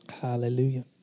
Hallelujah